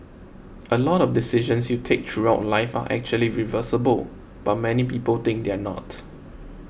a lot of decisions you take throughout life are actually reversible but many people think they're not